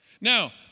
Now